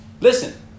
Listen